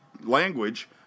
language